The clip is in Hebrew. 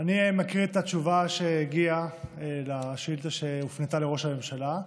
אני מקריא את התשובה שהגיעה על השאילתה שהופנתה לראש הממשלה,